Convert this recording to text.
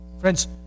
Friends